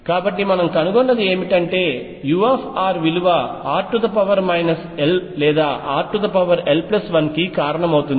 కాబట్టి మనము కనుగొన్నది ఏమిటంటే u విలువ r l లేదా rl1కి కారణమవుతుంది